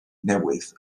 newydd